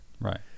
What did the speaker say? right